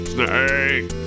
Snake